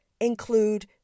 include